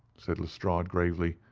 said lestrade gravely,